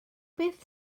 beth